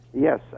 Yes